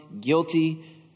guilty